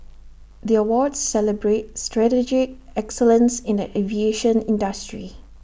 the awards celebrate strategic excellence in the aviation industry